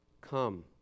come